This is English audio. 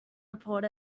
report